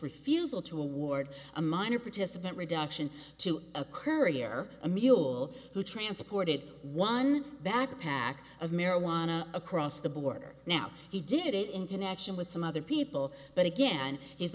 refusal to award a minor participant reduction to a courier a mule who transported one backpack of marijuana across the border now he did it in connection with some other people but again he's